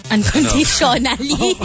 Unconditionally